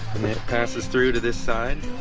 passes through to this side